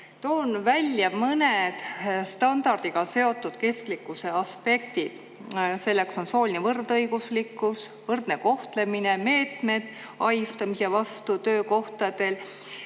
Toon välja mõned standardiga seotud kestlikkuse aspektid. Nendeks on sooline võrdõiguslikkus, võrdne kohtlemine ja meetmed ahistamise vastu töökohtadel.